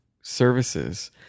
services